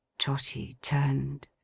trotty turned,